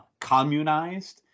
communized